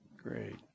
Great